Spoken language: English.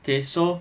okay so